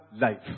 life